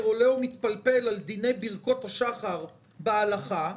עולה ומתפלפל על דיני ברכות השחר בהלכה,